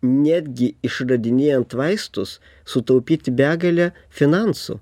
netgi išradinėjant vaistus sutaupyti begalę finansų